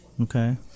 Okay